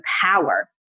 power